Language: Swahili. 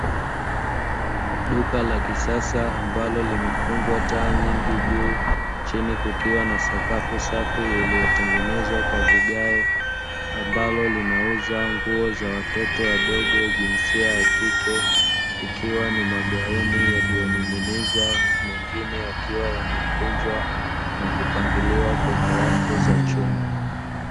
Duka la kisasa ambalo limefungwa taa nyingi juu chini kukiwa na sakafu safi iliyotengenezwa kwa vigae, ambalo linauza nguo za watoto wadogo jinsia ya kike, ikiwa ni magauni yaliyoning'inizwa mengine yakiwa yamekunjwa na kupangiliwa kwenye rafu za chuma.